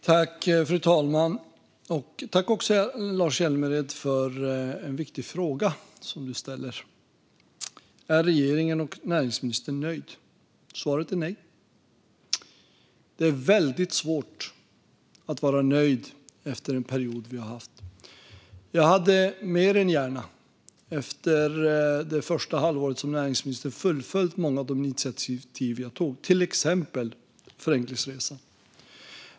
Fru talman! Tack, Lars Hjälmered, för en viktig fråga som du ställer! Är regeringen och näringsministern nöjda? Svaret är nej. Det är väldigt svårt att vara nöjd efter den period som vi har haft. Jag hade mer än gärna efter det första halvåret som näringsminister fullföljt många av de initiativ jag tog. Det gäller till exempel Förenklingsresan.